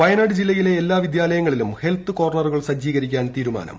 വയനാട് ജില്ലയിലെ എല്ലാ വിദ്യാലയങ്ങളിലും ഹെൽത്ത് ന് കോർണറുകൾ സ്ജീകരിക്കാൻ തീരുമാനം